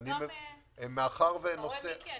אני